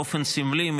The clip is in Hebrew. באופן סמלי,